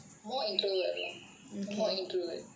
more introvert lah more introvert